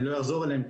אני לא אחזור עליהן,